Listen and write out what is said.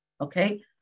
Okay